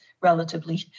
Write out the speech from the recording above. relatively